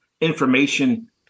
information